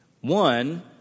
One